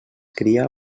cria